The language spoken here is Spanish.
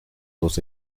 dos